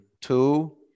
Two